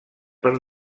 per